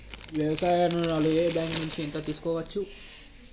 వ్యవసాయ ఋణం ఏ బ్యాంక్ నుంచి ఎంత తీసుకోవచ్చు?